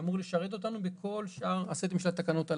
שאמור לשרת אותנו בכל שאר הסטים של התקנות הללו,